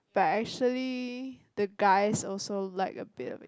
but actually the guys also like a bit